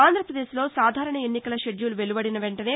ఆంధ్రాపదేశ్లో సాధారణ ఎన్నికల షెడ్యూల్ వెలువడిన వెంటనే